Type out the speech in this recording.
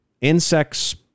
insects